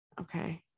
Okay